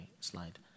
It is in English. slide